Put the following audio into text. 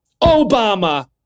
Obama